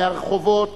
מהרחובות